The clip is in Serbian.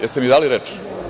Jeste mi dali reč?